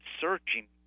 searching